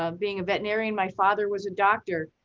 um being a veterinarian, my father was a doctor.